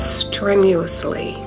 strenuously